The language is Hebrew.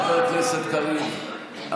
חבר הכנסת קריב,